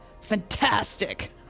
Fantastic